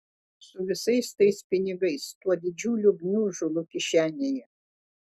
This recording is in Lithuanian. su visais tais pinigais tuo didžiuliu gniužulu kišenėje